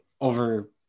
over